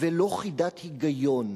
ולא חידת היגיון.